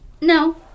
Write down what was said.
no